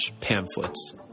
pamphlets